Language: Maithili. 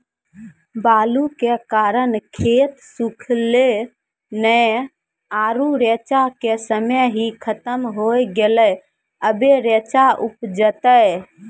बालू के कारण खेत सुखले नेय आरु रेचा के समय ही खत्म होय गेलै, अबे रेचा उपजते?